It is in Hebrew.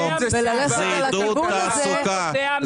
וללכת על הכיוון הזה,